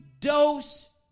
dose